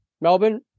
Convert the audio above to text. Melbourne